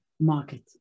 Market